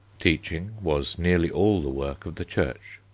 teaching was nearly all the work of the church.